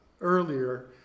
earlier